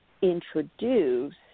introduce